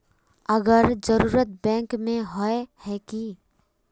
अगर जरूरत बैंक में होय है की?